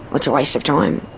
it's a waste of time.